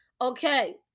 okay